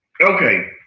Okay